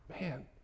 Man